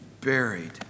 buried